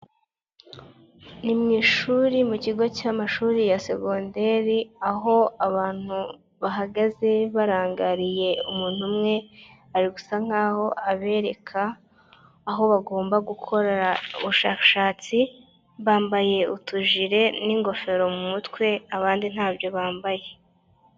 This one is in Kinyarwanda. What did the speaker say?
Ni mu ishuri mu kigo cy'amashuri ya segonderi, aho abantu bahagaze barangariye umuntu umwe, ari gusa nk'aho abereka aho bagomba gukorera ubushakashatsi, bambaye utujire n'ingofero mu mutwe, abandi ntabyo bambaye.